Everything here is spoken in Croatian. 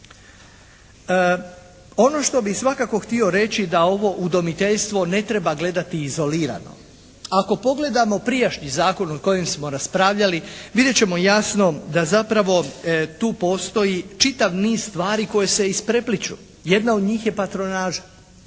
Ono što bih svakako htio reći da ovo udomiteljstvo ne treba gledati izolirano. Ako pogledamo prijašnji zakon o kojem smo raspravljali vidjet ćemo jasno da zapravo tu postoji čitav niz stvari koje se isprepleću. Jedna od njih je patronaža.